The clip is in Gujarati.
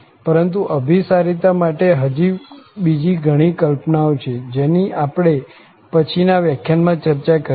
પરંતુ અભીસારિતા માટે હજી બીજી ઘણી કલ્પનાઓ છે જેની આપણે પછી ના વ્યાખ્યાનમાં ચર્ચા કરીશું